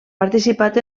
participat